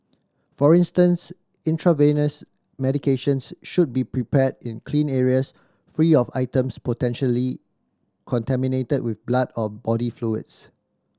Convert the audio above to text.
for instance intravenous medications should be prepared in clean areas free of items potentially contaminated with blood or body fluids